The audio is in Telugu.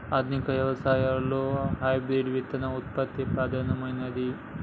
ఆధునిక వ్యవసాయం లో హైబ్రిడ్ విత్తన ఉత్పత్తి ప్రధానమైంది